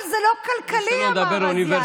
אבל זה לא כלכלי, אמר אז יאיר